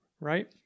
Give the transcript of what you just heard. right